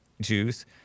Jews